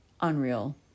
unreal